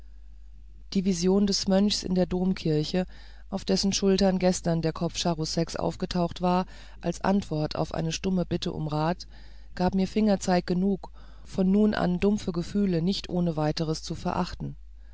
die vision des mönchs in der domkirche auf dessen schultern gestern der kopf charouseks aufgetaucht war als antwort auf eine stumme bitte um rat gab mir fingerzeig genug von nun an dumpfe gefühle nicht ohne weiteres zu verachten